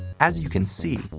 as you can see,